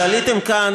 כשעליתם כאן